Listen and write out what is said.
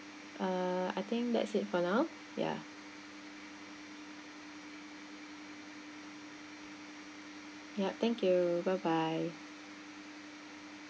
uh I think that's it for now ya ya thank you bye bye